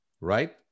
right